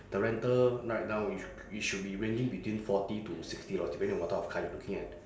the rental right now you should it should be ranging between forty to sixty dollars depending on what type of car you looking at